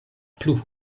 plu